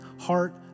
heart